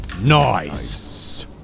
Nice